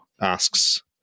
asks